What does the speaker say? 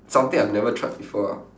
something I've never tried before ah